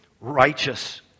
righteous